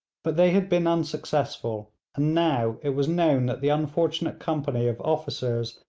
but they had been unsuccessful, and now it was known that the unfortunate company of officers,